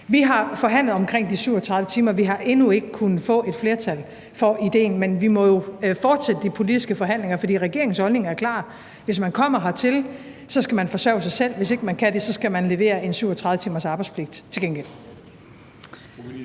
Vi har forhandlet om de 37 timer, og vi har endnu ikke kunnet få et flertal for idéen, men vi må jo fortsætte de politiske forhandlinger, for regeringens holdning er klar: Hvis man kommer hertil, skal man forsørge sig selv, og hvis ikke man kan det, skal man til gengæld levere i forhold til en